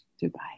Goodbye